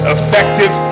Effective